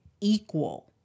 equal